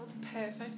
perfect